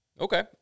Okay